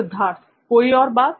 सिद्धार्थ कोई और बात